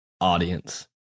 audience